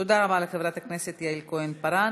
תודה רבה לחברת הכנסת יעל כהן-פארן.